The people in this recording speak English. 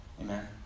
Amen